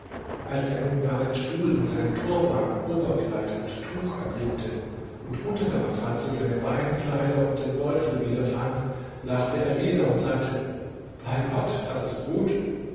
als er nun gar den stuhl mit seinem turban oberkleid und tuch erblickte und unter der matratze seine beinkleider und den beutel wiederfand lachte er wieder und sagte bei gott das ist gut